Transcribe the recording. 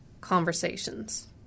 conversations